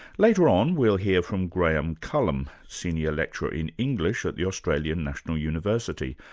later on, we'll hear from graham cullum, senior lecturer in english at the australian national university,